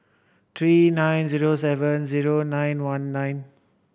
three nine zero seven zero nine one nine